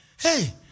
hey